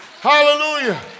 Hallelujah